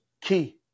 key